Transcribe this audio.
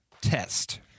test